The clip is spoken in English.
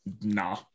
nah